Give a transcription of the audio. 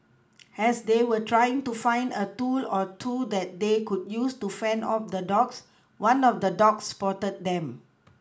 has they were trying to find a tool or two that they could use to fend off the dogs one of the dogs spotted them